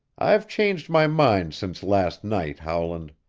i've changed my mind since last night, howland.